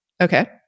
Okay